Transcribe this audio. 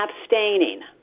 abstaining